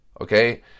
Okay